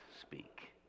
speak